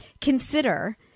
consider